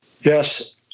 Yes